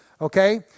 Okay